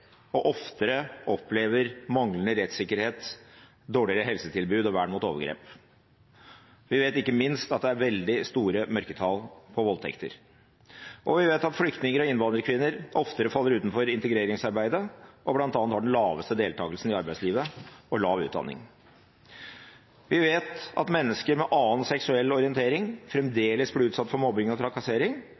og oftere opplever manglende rettssikkerhet, dårligere helsetilbud og vern mot overgrep. Ikke minst vet vi at det er veldig store mørketall når det gjelder voldtekter. Vi vet at flyktninger og innvandrerkvinner oftere faller utenfor integreringsarbeidet og bl.a. har den laveste deltakelsen i arbeidslivet og lav utdanning. Vi vet at mennesker med en annen seksuell orientering fremdeles blir utsatt for mobbing og trakassering